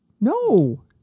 no